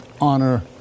honor